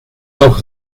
noch